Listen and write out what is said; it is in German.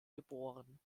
geboren